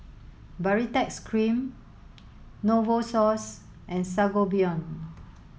Baritex Cream Novosource and Sangobion